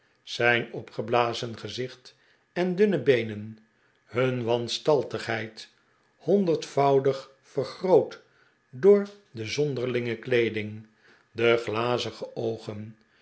zijn opgeblazen gezicht en dunne beenen hun wanstaltigheid honderdvoudig vergroot door de zonderlinge kleeding de glazige oogen